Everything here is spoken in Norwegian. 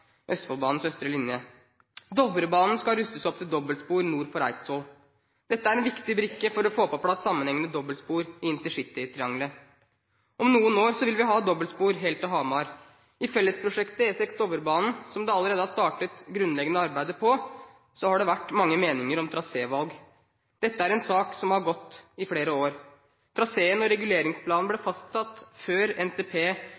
Østfoldbanens østre linje. Dovrebanen skal rustes opp til dobbeltspor nord for Eidsvoll. Dette er en viktig brikke for å få på plass sammenhengende dobbeltspor i intercitytriangelet. Om noen år vil vi ha dobbeltspor helt til Hamar. I fellesprosjektet E6/Dovrebanen, som det allerede har startet grunnleggende arbeider på, har det vært mange meninger om trasévalg. Dette er en sak som har gått i flere år. Traseen og reguleringsplanen ble fastsatt før NTP